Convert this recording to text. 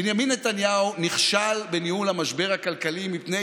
בנימין נתניהו נכשל בניהול המשבר הכלכלי מפני